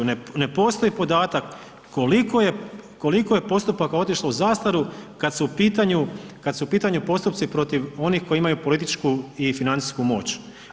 Ne postoji podatak koliko je postupaka otišlo u zastaru kada su u pitanju, kada su u pitanju postupci protiv onih koji imaju političku i financijsku moć.